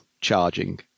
charging